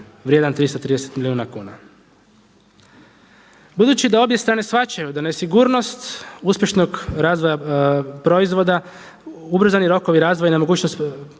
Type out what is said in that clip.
vrijedan 330 milijuna kuna. Budući da obje strane shvaćaju da nesigurnost uspješnog razvoja proizvoda, ubrzani rokovi razvoja i nemogućnost